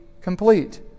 complete